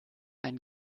ein